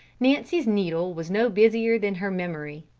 nancy's needle was no busier than her memory.